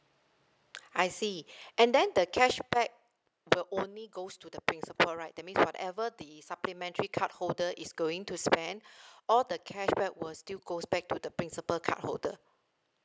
I see and then the cashback will only goes to the principal right that means whatever the supplementary card holder is going to spend all the cashback will still go back to the principal cardholder